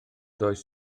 does